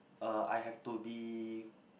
uh I have to be